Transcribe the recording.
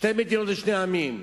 שתי מדינות לשני עמים.